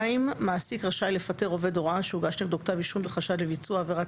(2)מעסיק רשאי לפטר עובד הוראה שהוגש נגדו כתב אישום בחשד לביצוע עבירת